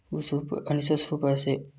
ꯎ ꯁꯨꯕ ꯐꯔꯅꯤꯆꯔ ꯁꯨꯕ ꯑꯁꯤ